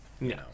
no